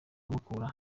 mukura